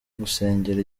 gusengera